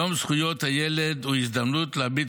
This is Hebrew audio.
יום זכויות הילד הוא הזדמנות להביט